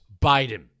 Biden